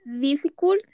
difficult